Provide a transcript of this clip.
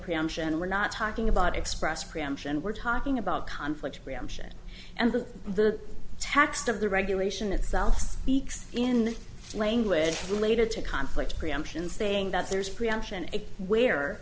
preemption we're not talking about express preemption we're talking about conflicts preemption and the the text of the regulation itself speaks in language related to conflict preemption saying that there's preemption a where